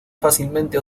fácilmente